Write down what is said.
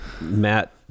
Matt